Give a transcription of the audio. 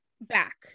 back